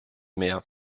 mehr